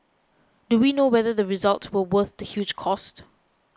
do we know whether the results were worth the huge cost